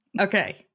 Okay